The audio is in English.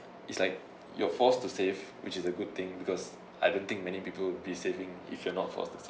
it's like you're forced to save which is a good thing because I don't think many people will be saving if you're not forced to save